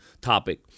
topic